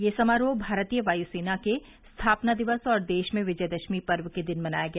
यह समारोह भारतीय वायुसेना के स्थापना दिवस और देश में विजयदशमी पर्व के दिन मनाया गया